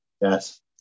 Yes